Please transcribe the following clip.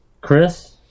Chris